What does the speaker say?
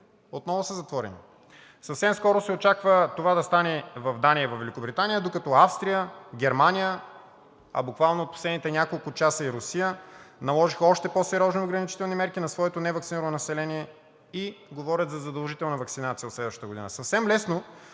отново са затворени. Съвсем скоро се очаква това да стане в Дания и във Великобритания, докато Австрия, Германия, а буквално в последните няколко часа и Русия наложиха още по-сериозни ограничителни мерки на своето неваксинирано население, говорят за задължителна ваксинация от следващата година.